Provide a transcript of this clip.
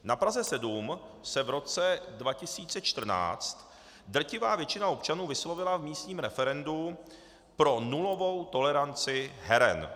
Na Praze 7 se v roce 2014 drtivá většina občanů vyslovila v místním referendu pro nulovou toleranci heren.